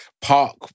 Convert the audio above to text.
park